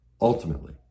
Ultimately